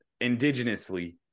indigenously